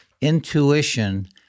intuition